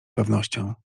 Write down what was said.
pewnością